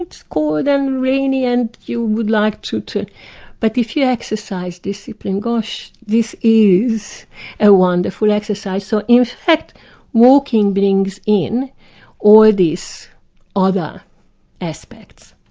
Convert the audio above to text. it's cold and rainy and you would like to to but if you exercise discipline, gosh this is a wonderful exercise. so in fact walking brings in all these other aspects.